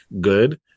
good